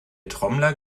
trommler